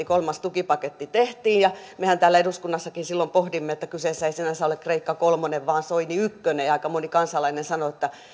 kolmas tukipaketti tehtiin ja mehän täällä eduskunnassakin silloin pohdimme että kyseessä ei sinänsä ole kreikka kolmonen vaan soini ykkönen ja aika moni kansalainen sanoi että